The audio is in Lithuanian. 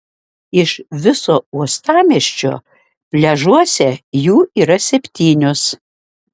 iš viso uostamiesčio pliažuose jų yra septynios